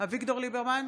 אביגדור ליברמן,